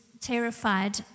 terrified